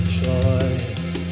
choice